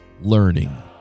Learning